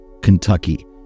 Kentucky